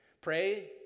Pray